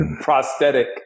prosthetic